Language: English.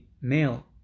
male